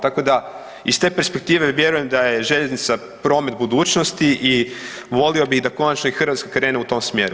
Tako da iz te perspektive vjerujem da je željeznica promet budućnosti i volio bi da konačno i Hrvatska krene u tom smjeru.